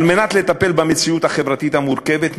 על מנת לטפל במציאות החברתית המורכבת,